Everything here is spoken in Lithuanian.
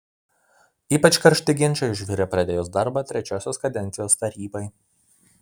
ypač karšti ginčai užvirė pradėjus darbą trečiosios kadencijos tarybai